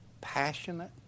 passionate